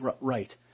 right